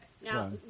Now